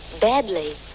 badly